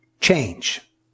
change